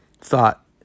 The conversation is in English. thought